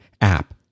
app